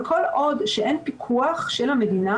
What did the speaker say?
כל עוד אין פיקוח של המדינה,